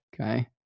Okay